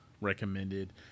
recommended